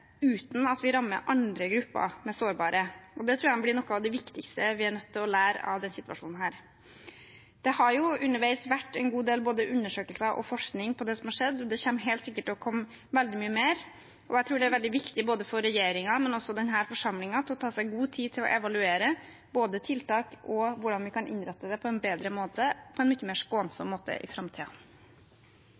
uten at vi rammer andre sårbare grupper. Det tror jeg blir noe av det viktigste vi er nødt til å lære av denne situasjonen. Det har underveis vært en god del undersøkelser og forskning på det som har skjedd. Det kommer helt sikkert veldig mye mer. Jeg tror det er veldig viktig for regjeringen, men også for denne forsamlingen, å ta seg tid til å evaluere både tiltak og hvordan vi kan innrette det på en bedre og mye mer skånsom måte i framtiden. Jeg vil takke representanten Skei Grande for en